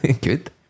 Good